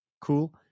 cool